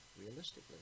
realistically